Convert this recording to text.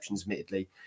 admittedly